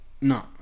No